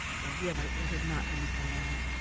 though really it had not been for long.